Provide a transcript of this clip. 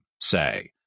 say